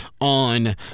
on